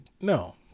No